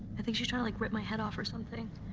i think she's tryin' to like rip my head off or something.